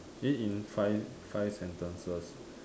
eh in five five sentences